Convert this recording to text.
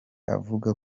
avuga